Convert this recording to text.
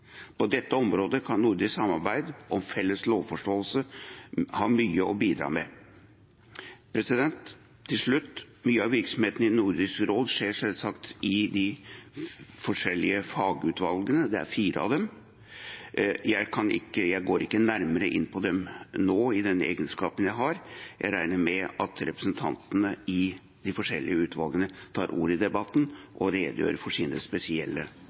På dette området kan nordisk samarbeid om en felles lovforståelse ha mye å bidra med. Til slutt: Mye av virksomheten i Nordisk råd skjer selvsagt i de forskjellige fagutvalgene. Det er fire av dem. Jeg går ikke nærmere inn på det nå, i den egenskapen jeg har, men jeg regner med at representantene i de forskjellige utvalgene tar ordet i debatten og redegjør for sine spesielle